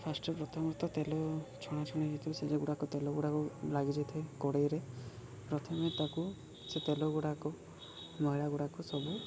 first ପ୍ରଥମତଃ ତେଲ ଛଣାଛଣି ହେଇଥିବା ସେ ଯେଉଁ ଗୁଡ଼ାକ ତେଲ ଗୁଡ଼ାକୁ ଲାଗି ଯାଇଥାଏ କଡ଼େଇରେ ପ୍ରଥମେ ତାକୁ ସେ ତେଲ ଗୁଡ଼ାକୁ ମଇଳା ଗୁଡ଼ାକୁ ସବୁ